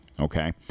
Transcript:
Okay